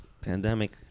pandemic